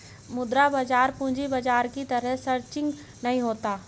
मुद्रा बाजार पूंजी बाजार की तरह सरंचिक नहीं होता